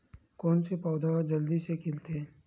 कोन से पौधा ह जल्दी से खिलथे?